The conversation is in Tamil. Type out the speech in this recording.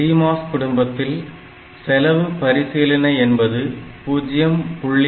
CMOS குடும்பத்தில் செலவு பரிசீலனை என்பது 0